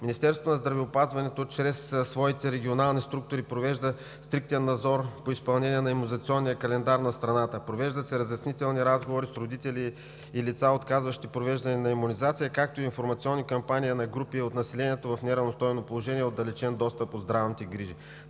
„Министерството на здравеопазването чрез своите регионални структури провежда стриктен надзор по изпълнение на имунизационния календар на страната. Провеждат се разяснителни разговори с родители и лица, отказващи провеждане на имунизация, както и информационни кампании на групи от населението в неравностойно положение и отдалечен достъп от здравните грижи“.